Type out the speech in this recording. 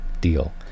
deal